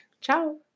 Ciao